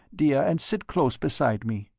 dear, and sit close beside me.